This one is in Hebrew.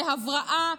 להבראה,